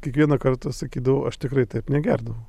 kiekvieną kartą sakydavau aš tikrai taip negerdavau